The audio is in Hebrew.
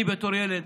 אני בתור ילד